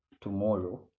tomorrow